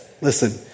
Listen